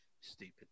stupid